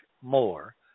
more